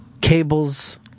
Cables